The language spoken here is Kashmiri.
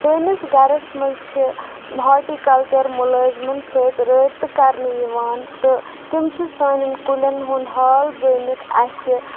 سٲنِس گَرَس منٛز چھِ ہاٹیٖکَلچَر مُلٲزِمَن سۭتۍ رٲبطہٕ کَرنہٕ یِوان تہٕ تِم چھِ سانٮ۪ن کُلٮ۪ن ہُنٛد حال زٲنِتھ اَسہِ